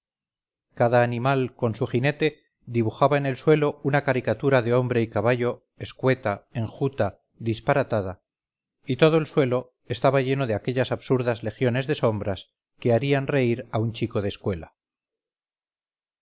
cada animal con su jinete dibujaba en el suelo una caricatura de hombre y caballo escueta enjuta disparatada y todo el suelo estaba lleno de aquellas absurdas legiones de sombras que harían reír a un chico de escuela